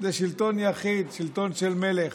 זה שלטון יחיד, שלטון של מלך,